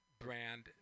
brand